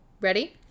ready